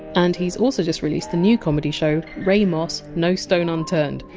and he has also just released the new comedy show, ray moss no stone unturned,